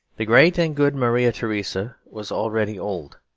the great and good maria theresa was already old.